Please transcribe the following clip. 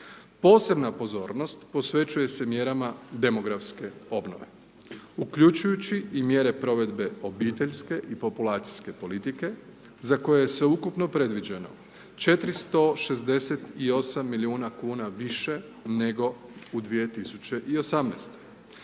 Posebna pozornost posvećuje se mjerama demografske obnove uključujući i mjere provedbe obiteljske i populacijske politike za koje je sveukupno predviđeno 468 milijuna kuna više nego u 2018.